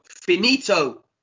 Finito